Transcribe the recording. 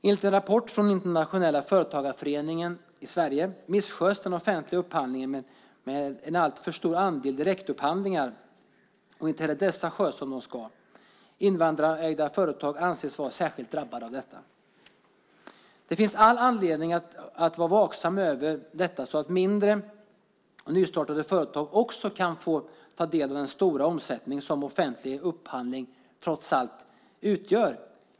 Enligt en rapport från Internationella företagarföreningen i Sverige missköts den offentliga upphandlingen med en alltför stor andel direktupphandlingar. Inte heller dessa sköts som de ska. Invandrarägda företag anses vara särskilt drabbade av detta. Det finns all anledning att vara vaksam över detta så att mindre och nystartade företag också kan få ta del av den stora omsättning som offentlig upphandling trots allt utgör.